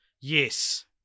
Yes